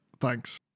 Thanks